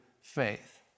faith